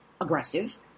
aggressive